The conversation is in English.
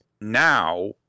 now